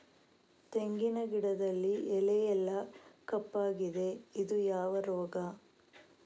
ತೆಂಗಿನ ಗಿಡದಲ್ಲಿ ಎಲೆ ಎಲ್ಲಾ ಕಪ್ಪಾಗಿದೆ ಇದು ಯಾವ ರೋಗ?